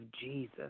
Jesus